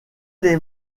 les